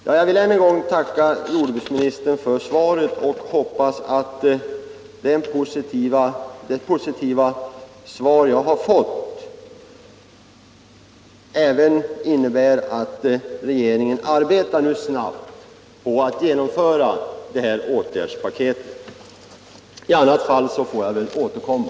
Jag vill ännu en gång tacka jordbruksministern för svaret, och jag hoppas att det positiva svar jag har fått även innebär att regeringen snabbt arbetar på att helt genomföra nämnda åtgärdspaket. I annat fall får jag väl återkomma.